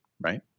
right